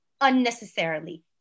unnecessarily